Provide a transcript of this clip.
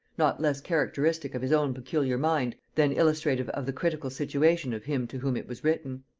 not less characteristic of his own peculiar mind than illustrative of the critical situation of him to whom it was written.